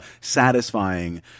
satisfying